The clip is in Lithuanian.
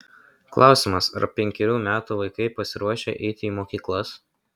klausimas ar penkerių metų vaikai pasiruošę eiti į mokyklas